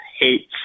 hates